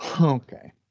Okay